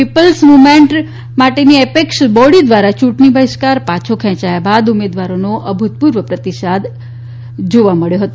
people's movement માટેની apex body ધ્વારા ચુંટણી બહિષ્કાર પાછો ખેચાયા બાદ ઉમેદવારોનો અભુતપુર્વ પ્રતિસાદ મળ્યો હતો